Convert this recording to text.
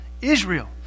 Israel